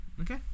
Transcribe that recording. okay